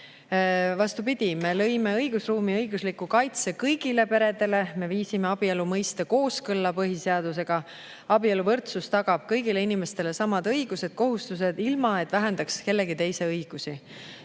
Vastupidi, me lõime õigusruumi ja õigusliku kaitse kõigile peredele, me viisime abielu mõiste kooskõlla põhiseadusega. Abieluvõrdsus tagab kõigile inimestele samad õigused ja kohustused, ilma et see vähendaks kellegi teise õigusi.